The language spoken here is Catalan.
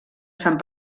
sant